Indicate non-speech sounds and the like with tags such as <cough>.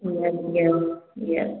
<unintelligible> yes yes